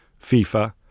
FIFA